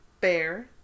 bear